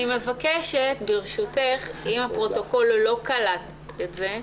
אני מבקשת ברשותך, אם הפרוטוקול לא קלט את זה,